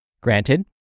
Granted